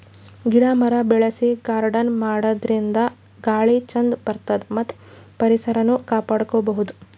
ಗಿಡ ಮರ ಬೆಳಸಿ ಗಾರ್ಡನ್ ಮಾಡದ್ರಿನ್ದ ಗಾಳಿ ಚಂದ್ ಬರ್ತದ್ ಮತ್ತ್ ಪರಿಸರನು ಕಾಪಾಡ್ಕೊಬಹುದ್